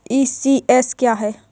ECS क्या है?